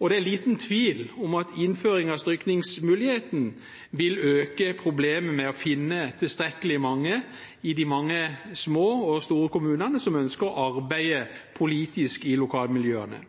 og det er liten tvil om at innføring av strykningsmuligheten vil øke problemet med å finne tilstrekkelig mange, i de mange små og store kommunene, som ønsker å arbeide politisk i lokalmiljøene.